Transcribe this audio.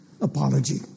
apology